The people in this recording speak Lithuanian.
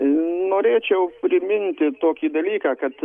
norėčiau priminti tokį dalyką kad